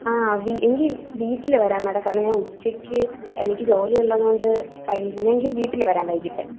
ആ എങ്കിൽ വീട്ടിൽവരാം മാഡം കാരണം ഞാൻ ഉച്ചയ്ക്ക് എനിക്ക് ജോലിയുള്ളതുകൊണ്ട് കഴിയില്ല ഞാൻ വീട്ടില് വരാം വൈകിട്ട്